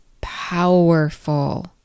powerful